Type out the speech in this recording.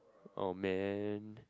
oh man